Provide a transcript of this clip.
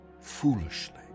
Foolishly